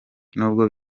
nubwo